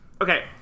Okay